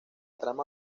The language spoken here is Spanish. trama